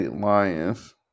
Lions